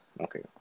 Okay